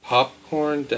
Popcorn